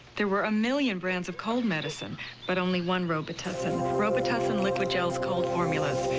there were a million brands of cold medicine but only one robitussin. robitussin liqui-gels cold formulas.